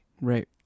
Right